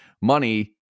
money